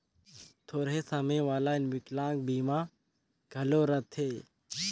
थोरहें समे वाला बिकलांग बीमा घलो रथें